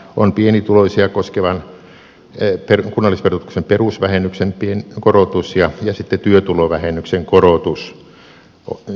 on pienituloisia koskevan kunnallisverotuksen perusvähennyksen korotus ja sitten työtulovähennyksen korotus